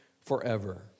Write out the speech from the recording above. forever